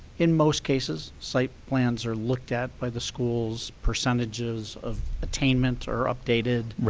in most cases, site plans are looked at by the school's percentages of attainment or updated,